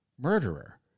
murderer